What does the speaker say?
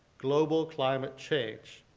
global climate change,